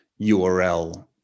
URL